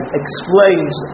explains